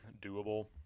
doable